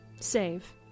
Save